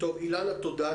אילנה, תודה.